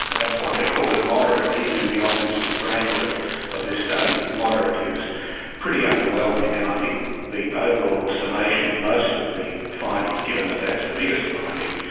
and that's why they called it a moderate. even in the optimistic framework of this study, moderate is pretty underwhelming. and i think the overall summation of most of the findings, given that that's the biggest finding,